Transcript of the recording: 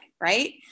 Right